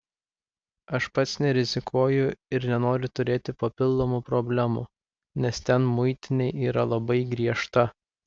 aš pats nerizikuoju ir nenoriu turėti papildomų problemų nes ten muitinė yra labai griežta